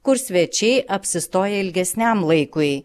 kur svečiai apsistoja ilgesniam laikui